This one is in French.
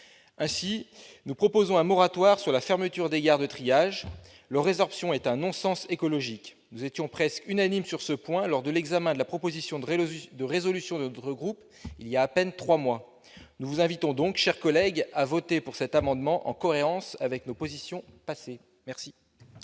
Ainsi, nous proposons un moratoire sur la fermeture des gares de triage, dont la résorption est un non-sens écologique. Nous étions presque unanimes sur ce point lors de l'examen de la proposition de résolution de notre groupe voilà à peine trois mois. Nous vous invitons donc, chers collègues, à voter cet amendement, en cohérence avec nos positions antérieures.